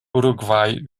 уругвай